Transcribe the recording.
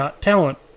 talent